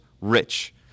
rich